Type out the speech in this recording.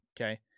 okay